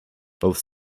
both